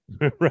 Right